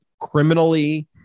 criminally